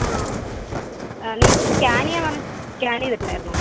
ആ അല്ല ഇവിടെ സ്കാന് ചെയ്യാൻ വന്ന് സ്കാന് ചെയ്തിട്ട് ഉണ്ടായിരുന്നോ